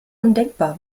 undenkbar